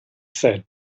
said